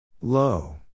Low